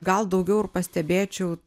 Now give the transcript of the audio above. gal daugiau ir pastebėčiau